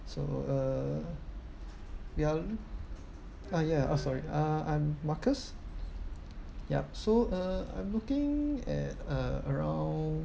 so uh ya uh ya oh sorry uh I'm marcus yup so uh I'm looking at uh around